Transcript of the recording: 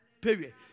period